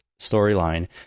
storyline